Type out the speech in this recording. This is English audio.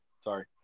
Sorry